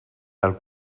del